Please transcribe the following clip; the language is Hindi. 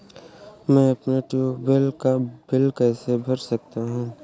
मैं अपने ट्यूबवेल का बिल कैसे भर सकता हूँ?